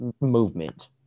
movement